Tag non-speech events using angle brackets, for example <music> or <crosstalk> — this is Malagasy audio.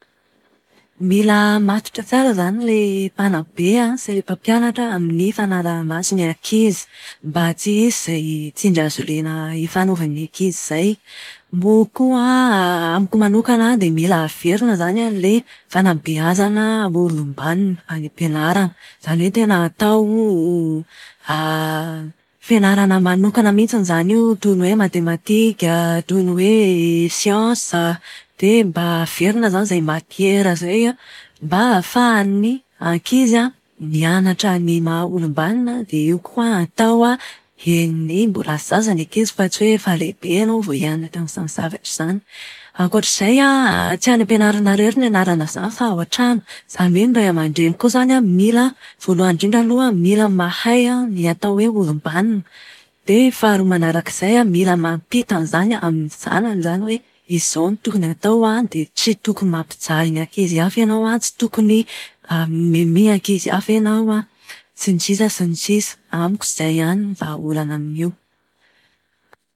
Mila matotra izany ilay mpanabe an sy ilay mpampianatra amin'ny fanaraha-maso ny ankizy. Mba tsy hisy izay tsindry hazolena ifanaovan'ny ankizy izay. Moa koa an, amiko manokana dia mila averina izany an, ilay fanabeazana ho olom-banona any am-pianarana. Izany hoe tena atao <hesitation> fianarana manokana mihitsiny izany io toy ny hoe matematika, toy ny hoe siansa, dia mba averina izany izay matiere izay mba ahafahan'ny ankizy mianatra ny mahaolom-banona dia io koa an atao dieny mbola zaza ny ankizy fa tsy hoe efa lehibe ianao vao hianatra an'izany zavatra izany. Akoatr'izay an, tsy any ampianarana irery no ianarana an'izany fa ao an-trano. Izany hoe ny ray aman-dreny koa izany an mila voalohany indrindra aloha an, mila mahay ny atao hoe olom-banona. Dia faharoa manarak'izay an, mila mampita an'izany amin'ny zanany izany hoe izao no tokony atao an, dia tsy tokony mampijaly ny ankizy hafa ianao an, tsy tokony <hesitation> mihomehimehy ankiay hafa ianao an, sy ny sisa sy ny sisa. Amiko izay ihany no vahaolana amin'io.